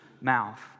mouth